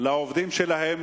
לעובדים שלהן